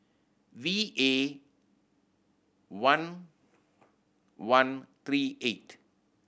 V A one one three eight